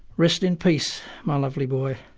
rest in peace, my lovely boy.